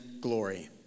glory